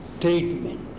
treatment